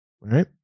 right